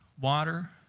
water